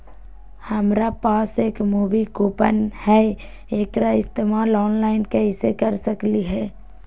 हमरा पास एक मूवी कूपन हई, एकरा इस्तेमाल ऑनलाइन कैसे कर सकली हई?